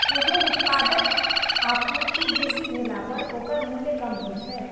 कोनो उत्पादक आपूर्ति बेसी भेला पर ओकर मूल्य कम होइ छै